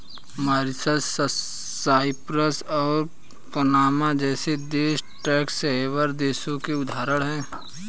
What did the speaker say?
Mauritius, Cyprus और Panama जैसे देश टैक्स हैवन देशों के उदाहरण है